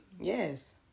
Yes